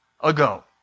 ago